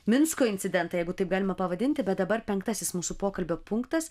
minsko incidentą jeigu taip galima pavadinti bet dabar penktasis mūsų pokalbio punktas